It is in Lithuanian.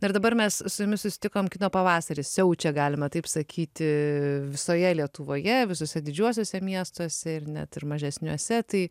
na ir dabar mes su jumis susitikom kino pavasaris siaučia galima taip sakyti visoje lietuvoje visuose didžiuosiuose miestuose ir net ir mažesniuose tai